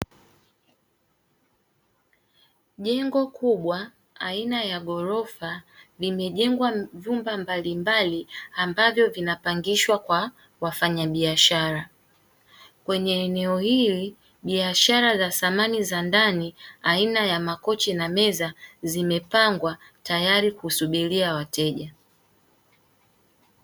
Jengo kubwa aina ya ghorofa limejengwa vyumba mbalimbali ambavyo vinapangishwa kwa wafanyabiashara, kwenye eneo hili biashara za samani za ndani aina ya makochi na meza zimepangwa tayari kusubiria wateja.